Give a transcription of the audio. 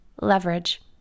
leverage